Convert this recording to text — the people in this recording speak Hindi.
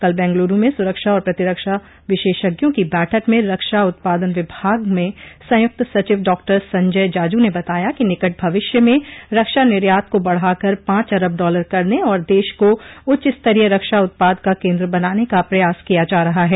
कल बेंगलुरू में सुरक्षा और प्रतिरक्षा विशेषज्ञों की बैठक में रक्षा उत्पादन विभाग में संयुक्त सचिव डॉक्टर संजय जाजू ने बताया कि निकट भविष्य में रक्षा निर्यात को बढ़ाकर पांच अरब डॉलर करने और देश को उच्च स्तरीय रक्षा उत्पाद का केन्द्र बनाने का प्रयास किया जा रहा है